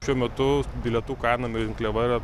šiuo metu bilietų kaina rinkliava yra